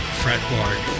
fretboard